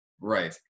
Right